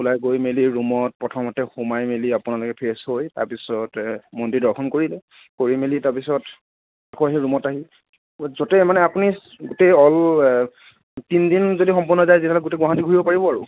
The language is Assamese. ওলাই গৈ মেলি ৰুমত প্ৰথমতে সোমাই মেলি আপোনালোকে ফ্ৰেছ হৈ তাৰ পিছতে মন্দিৰ দৰ্শন কৰিলে কৰি মেলি তাৰ পিছত আকৌ সেই ৰুমত আহি য'তেই মানে আপুনি গোটেই অল তিনদিন যদি সম্পূৰ্ণ যায় তেতিয়াহ'লে গোটেই গুৱাহাটী ঘূৰিব পাৰিব আৰু